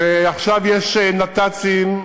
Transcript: עכשיו יש נת"צים,